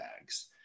bags